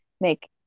make